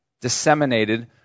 disseminated